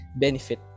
benefit